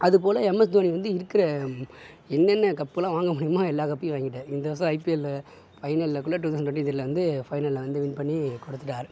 அதுபோலே M S Dhoni வந்து இருக்கிற என்னென்ன கப்பெலாம் வாங்க முடியுமோ எல்லா கப்பையும் வாங்கிட்டாரு இந்த வருஷம் ஐபிஎல் ஃபைனலில் கூட டூ தௌசண்ட் டொன்டி த்ரீயில் வந்து பைனலில் வந்து வின் பண்ணி கொடுத்துட்டாரு